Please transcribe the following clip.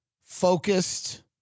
focused